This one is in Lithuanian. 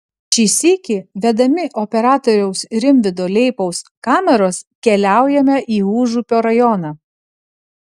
šį sykį vedami operatoriaus rimvydo leipaus kameros keliaujame į užupio rajoną